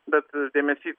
bet dėmesys